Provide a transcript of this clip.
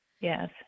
yes